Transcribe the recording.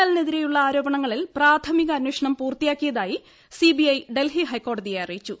L നെതിരെയുള്ള ആരോപണങ്ങളിൽ പ്രാഥമിക അന്വേഷണം പൂർത്തിയാക്കിയതായി സിബിഐ ഡൽഹി ഹൈക്കോടതിയെ അറിയിച്ചു